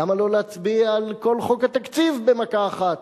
למה לא להצביע על כל חוק התקציב במכה אחת?